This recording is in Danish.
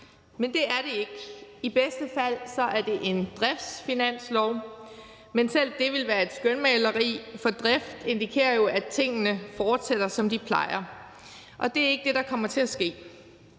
men det er det ikke. I bedste fald er det en driftsfinanslov, men selv det ville være et skønmaleri, for drift indikerer jo, at tingene fortsætter, som de plejer. Og det er ikke det, der kommer til at ske.